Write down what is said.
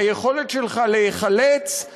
היכולת שלך להיחלץ,